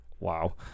Wow